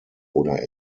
oder